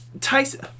Tyson